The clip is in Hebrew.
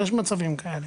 יש מצבים כאלה.